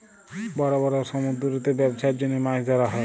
বড় বড় সমুদ্দুরেতে ব্যবছার জ্যনহে মাছ ধ্যরা হ্যয়